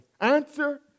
Answer